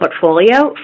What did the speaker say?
portfolio